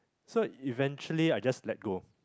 so eventually I just let go